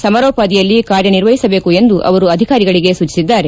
ಸಮರೋಪಾದಿಯಲ್ಲಿ ಕಾರ್ಯನಿರ್ವಹಿಸಬೇಕು ಎಂದು ಅವರು ಅಧಿಕಾರಿಗಳಿಗೆ ಸೂಚಿಸಿದ್ದಾರೆ